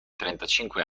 trentacinque